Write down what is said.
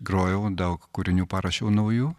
grojau daug kūrinių parašiau naujų